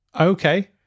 Okay